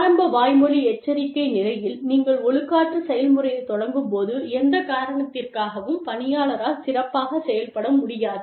ஆரம்ப வாய்மொழி எச்சரிக்கை நிலையில் நீங்கள் ஒழுக்காற்று செயல்முறையைத் தொடங்கும்போது எந்த காரணத்திற்காகவும் பணியாளரால் சிறப்பாகச் செயல்பட முடியாது